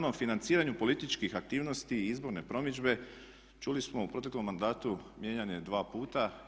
Zakon o financiranju političkih aktivnosti i izborne promidžbe čuli smo u proteklom mandatu mijenjan je dva puta.